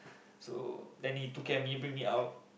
so then he took care of me bring me out